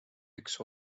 üks